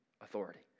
authority